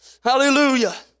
Hallelujah